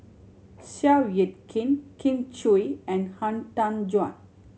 Seow Yit Kin Kin Chui and Han Tan Juan